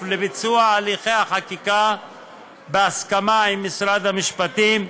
לביצוע הליכי החקיקה בהסכמה עם משרד המשפטים,